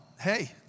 Hey